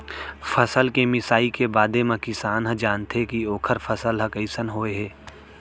फसल के मिसाई के बादे म किसान ह जानथे के ओखर फसल ह कइसन होय हे